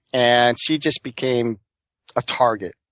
and she just became a target.